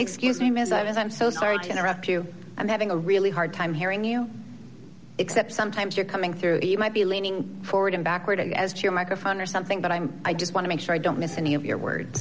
scuse me ms i was i'm so sorry to interrupt you i'm having a really hard time hearing you except sometimes you're coming through the might be leaning forward and backward as chair microphone or something but i'm i just want to make sure i don't miss any of your words